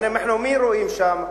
את מי רואים שם?